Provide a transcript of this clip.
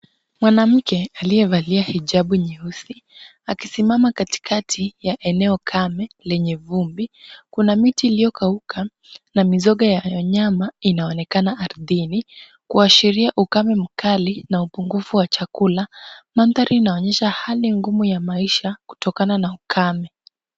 Mwanamke aliyevalia hijabu nyeusi akisimama katikati ya eneo kame lenye vumbi. Kuna miti iliyokauka na mizoga ya wanyama inaonekana ardhini kuashiria ukame mkali na upungufu wa chakula . Mandhari inaonyesha hali ngumu ya maisha kutokana na ukame.